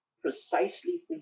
precisely